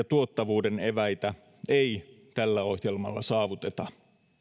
tuottavuuden eväitä ei tällä ohjelmalla saavuteta